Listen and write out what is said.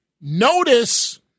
Notice